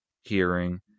hearing